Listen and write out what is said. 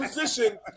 position